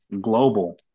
global